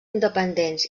independents